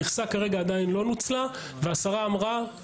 המכסה כרגע עדיין לא נוצלה והשרה אמרה,